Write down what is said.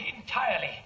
Entirely